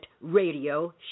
radio